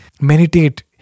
Meditate